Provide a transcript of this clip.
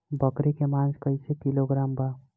बकरी के मांस कईसे किलोग्राम बा?